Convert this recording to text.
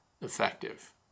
effective